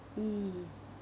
mm